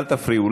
אל תפריעו,